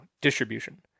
distribution